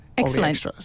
Excellent